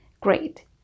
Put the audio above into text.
great